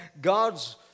God's